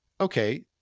okay